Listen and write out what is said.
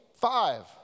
five